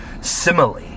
simile